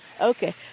Okay